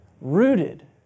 rooted